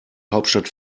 hauptstadt